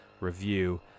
review